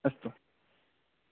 अस्तु